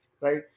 right